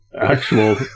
actual